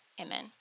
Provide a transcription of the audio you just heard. Amen